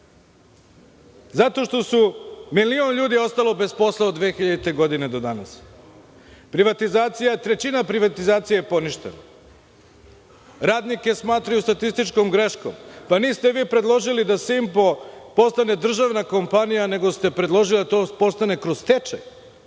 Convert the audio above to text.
Zato što je milion ljudi ostalo bez posla od 2000. godine do danas. Trećina privatizacije je poništena. Radnike smatraju statističkom greškom. Niste vi predložili da „Simpo“ postane državna kompanija, nego ste predložili da to postane kroz stečaj.